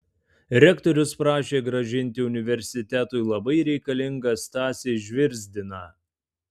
rektorius prašė grąžinti universitetui labai reikalingą stasį žvirzdiną